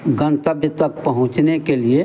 गंतव्य तक पहुँचने के लिए